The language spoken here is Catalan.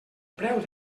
preu